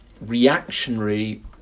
reactionary